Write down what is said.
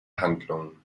handlungen